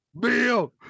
Bill